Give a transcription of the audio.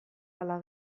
ala